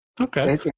Okay